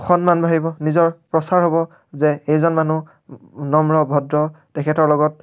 সন্মান বাঢ়িব নিজৰ প্ৰচাৰ হ'ব যে এইজন মানুহ নম্ৰ ভদ্ৰ তেখেতৰ লগত